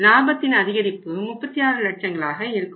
லாபத்தின் அதிகரிப்பு 36 லட்சங்களாக இருக்கும்